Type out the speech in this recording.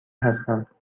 هستم